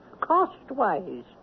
Cost-wise